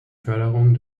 förderung